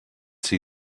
see